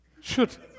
Shoot